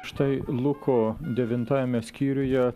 štai luko devintajame skyriuje